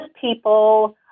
people